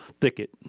thicket